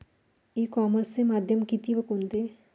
E कॉमर्सचे माध्यम किती व कोणते?